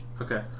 okay